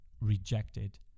rejected